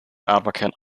advocate